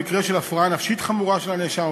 במקרה של הפרעה נפשית חמורה של הנאשם,